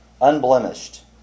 Unblemished